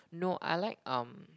no I like um